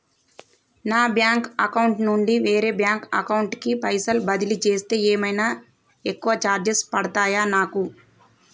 నా bank account నుండి వేరే బ్యాంక్ అకౌంట్ కి పైసల్ బదిలీ చేస్తే ఏమైనా ఎక్కువ చార్జెస్ పడ్తయా నాకు?